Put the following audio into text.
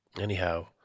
Anyhow